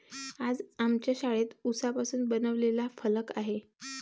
आज आमच्या शाळेत उसापासून बनवलेला फलक आहे